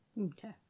Okay